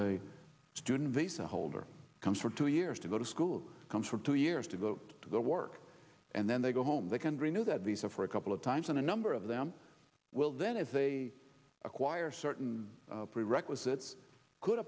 a student visa holder comes for two years to go to school comes for two years to go to their work and then they go home they can renew that visa for a couple of times and a number of them will then if they acquire certain prerequisites could